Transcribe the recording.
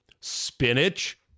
spinach